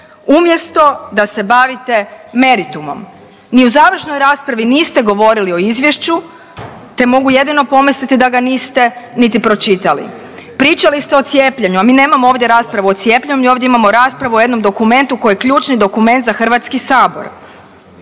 umjesto da se bavite meritumom. Ni u završnoj raspravi niste govorili o izvješću te mogu jedino pomisliti da ga niste niti pročitali. Pričali ste o cijepljenju, a mi nemamo ovdje raspravu o cijepljenju mi ovdje imamo raspravu o jednom dokumentu koji je ključni dokument za HS.